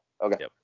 Okay